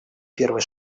первый